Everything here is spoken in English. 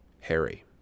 Harry